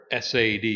SAD